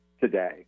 today